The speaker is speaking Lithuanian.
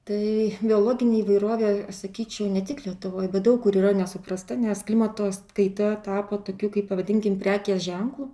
tai biologinė įvairovė sakyčiau ne tik lietuvoj bet daug kur yra nesuprasta nes klimatos kaita tapo tokiu kaip pavadinkim prekės ženklu